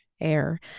air